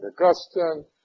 Augustine